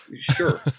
Sure